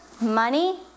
money